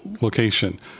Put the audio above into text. location